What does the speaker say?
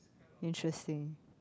interesting